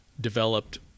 developed